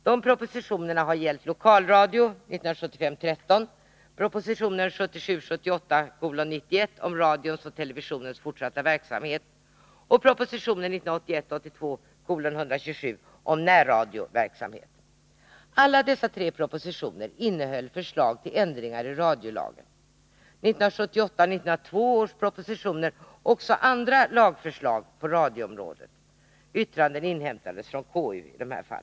Det har gällt proposition 1975:13 om lokalradio, proposition 1977 82:127 om närradioverksamhet. Alla dessa tre propositioner innehöll förslag till ändringar i radiolagen. 1978 och 1982 års propositioner innehöll också andra lagförslag på radioområdet. Yttranden inhämtades i detta fall från konstitutionsutskottet.